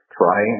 try